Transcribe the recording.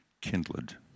kindled